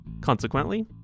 Consequently